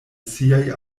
siaj